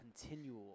continual